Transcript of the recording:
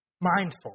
mindful